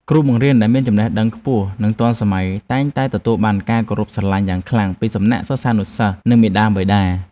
គ្រូបង្រៀនដែលមានចំណេះដឹងខ្ពស់និងទាន់សម័យតែងតែទទួលបានការគោរពស្រឡាញ់យ៉ាងខ្លាំងពីសំណាក់សិស្សានុសិស្ស និងមាតាបិតា។